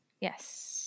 Yes